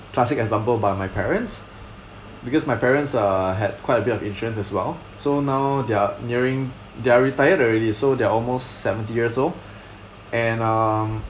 classic example by my parents because my parents uh had quite a bit of insurance as well so now they're nearing they are retired already so they're almost seventy years old and um